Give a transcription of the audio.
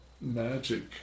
magic